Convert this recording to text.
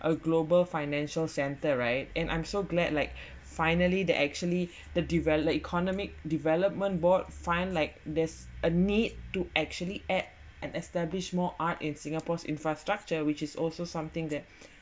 a global financial centre right and I'm so glad like finally that actually the devalue the economic development board fine like there's a need to actually add and establish more art in singapore's infrastructure which is also something that